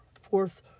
fourth